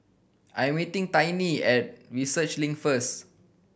I'm meeting Tiny at Research Link first